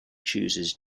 chooses